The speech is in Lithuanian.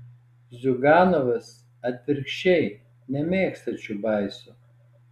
ziuganovas atvirkščiai nemėgsta čiubaiso